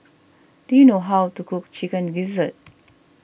do you know how to cook Chicken Gizzard